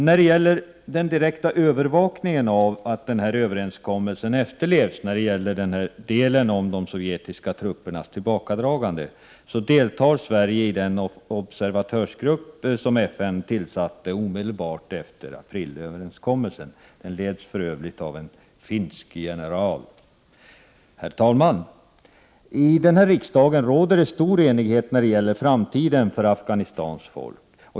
När det gäller den direkta övervakningen av att fredsöverenskommelsen i delen om de sovjetiska truppernas tillbakadragande efterlevs deltar Sverige i den observatörsgrupp, som FN tillsatte omedelbart efter aprilöverenskommelsen. Den leds för övrigt av en finsk general. Herr talman! I Sveriges riksdag råder stor enighet när det gäller framtiden för Afghanistans folk.